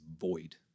void